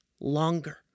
longer